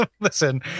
Listen